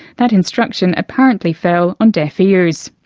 that instruction apparently fell on deaf ears.